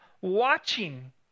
watching